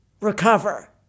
recover